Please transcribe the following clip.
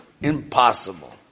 Impossible